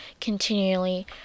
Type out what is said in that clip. continually